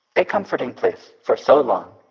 a comforting place for so long,